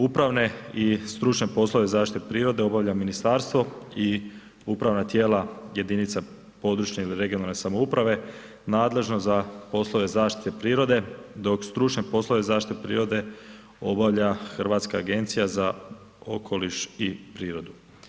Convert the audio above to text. Upravne i stručne poslove zaštite prirode obavlja ministarstvo i upravna tijela jedinica područne ili regionalne samouprave nadležno za poslove zaštite prirode, dok stručne poslove zaštite prirode obavlja Hrvatska agencija za okoliš i prirodu.